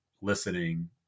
listening